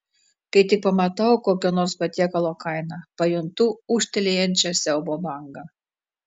kai tik pamatau kokio nors patiekalo kainą pajuntu ūžtelėjančią siaubo bangą